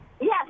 Yes